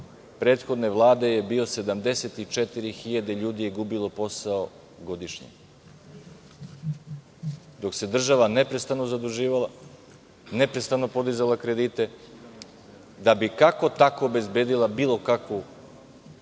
prethodne Vlade je bio – 74 hiljade ljudi je gubilo posao godišnje, dok se država neprestano zaduživala, neprestano podizala kredite, da bi kako-tako obezbedila bilo kakav